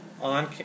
On